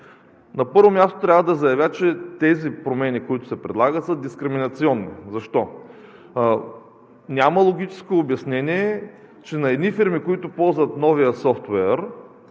На първо място, трябва да заявя, че тези промени, които се предлагат, са дискриминационни. Защо? Няма логическо обяснение, че на едни фирми, които ползват новия софтуер,